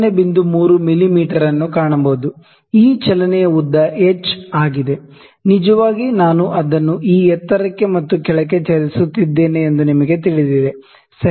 3 ಮಿಮೀ ಅನ್ನು ಕಾಣಬಹುದು ಈ ಚಲನೆಯ ಉದ್ದ h ಆಗಿದೆ ನಿಜವಾಗಿ ನಾನು ಅದನ್ನು ಈ ಎತ್ತರಕ್ಕೆ ಮತ್ತು ಕೆಳಕ್ಕೆ ಚಲಿಸುತ್ತಿದ್ದೇನೆ ಎಂದು ನಿಮಗೆ ತಿಳಿದಿದೆ ಸರಿ